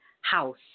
house